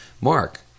Mark